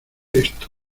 esto